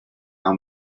how